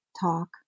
talk